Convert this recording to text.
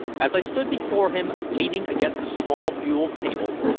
as i stood before him leaning against a small buhl table,